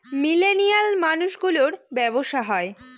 millennial মানুষ গুলোর ব্যাবসা হয়